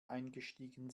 eingestiegen